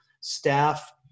staff